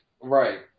right